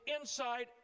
inside